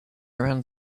around